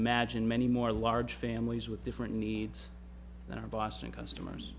imagine many more large families with different needs than our boston customers